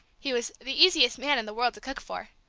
he was the easiest man in the world to cook for.